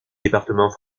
département